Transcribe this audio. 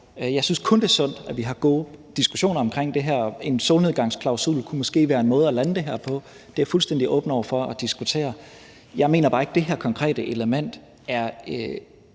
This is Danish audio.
kun synes, det er sundt, at vi har gode diskussioner omkring det her, og en solnedgangsklausul kunne måske være en måde at lande det her på. Det er jeg fuldstændig åben over for at diskutere. Jeg mener bare ikke, at det her konkrete element er